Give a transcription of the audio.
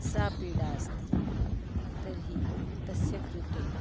सा पीडा अस्ति तर्हि तस्य कृते